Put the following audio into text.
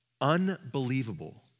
unbelievable